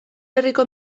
herriko